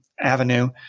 avenue